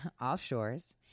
Offshores